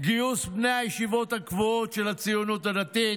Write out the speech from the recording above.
גיוס בני הישיבות הגבוהות של הציונות הדתית,